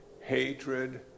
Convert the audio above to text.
hatred